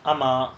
ஆமா:aama